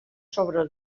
sobre